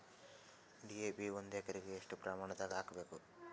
DAP ಒಂದು ಎಕರಿಗ ಎಷ್ಟ ಪ್ರಮಾಣದಾಗ ಹಾಕಬೇಕು?